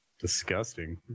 Disgusting